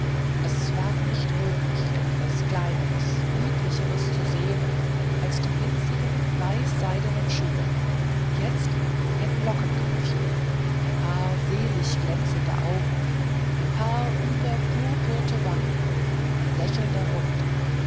es war nicht möglich etwas kleineres niedlicheres zu sehen als die winzigen weißseidenen schuhe jetzt ein lockenköpfchen ein paar selig glänzende augen ein paar überpurpurte wangen ein lächelnder mund hübsch